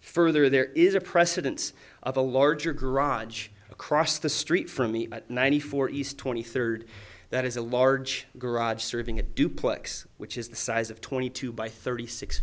further there is a precedence of a larger garage across the street from me ninety four east twenty third that is a large garage serving a duplex which is the size of twenty two by thirty six